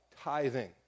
tithing